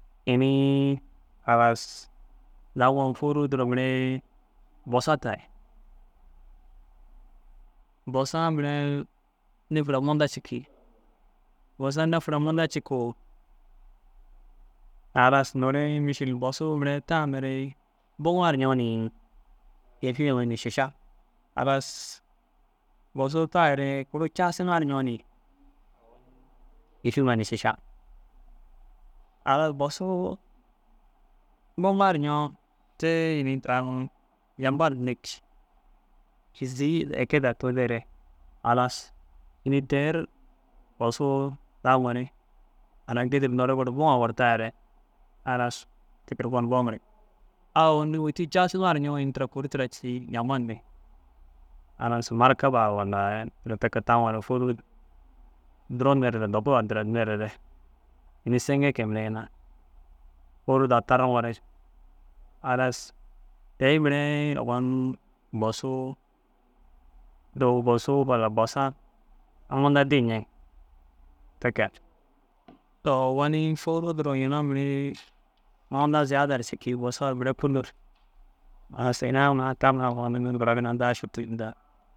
Inii halas daŋoo fôruu duro mire bosa tai. Bosa mire nefera munda cikii, bosa nofora munda cikuu halas noore mišil bosuu mire tamere buŋaarñoo ni kefi huma ni šiša halas bosuu taiere kuru casiŋar ñoo ni kišima ni šiša halas bosuu buŋarñoo tee ini tira unnu «jambat» indik êzii eke daa tuyindiere halas ini tere bosuu taŋore halas gêdir noore gûr buuŋa gor taiere halas te ke ru gonum boo ŋirig. A ogon ôwoti casiŋar ñoo ini tira kuri tira cii «jambat» yindig halas markaba walla ini te ke taŋore fôruu duro nerere dogu addira nerere ini sêŋge ke mire ginna fôruu daa taruŋore halas tei mire ogon bosuu ‹ unintelligible › munda dîi ñeŋg te ke. Ogoni fôruu duro ina mire munda ziyadar cikii bosar mire kûllir halas ina tamire ogon gora daa šetir nindaa